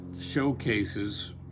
showcases